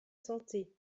santé